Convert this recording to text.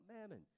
Mammon